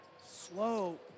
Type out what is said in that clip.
Slow